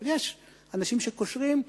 אבל יש אנשים שקושרים,